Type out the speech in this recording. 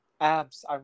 Abs